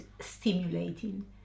stimulating